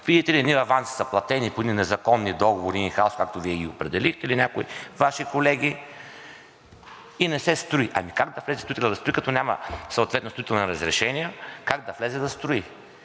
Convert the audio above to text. видите ли едни аванси са платени по едни незаконни договори, ин хаус, както Вие ги определихте, или някои Ваши колеги, и не се строи. Ами как да влезе строителят да строи, като няма съответно строително разрешение, как да влезе да строи?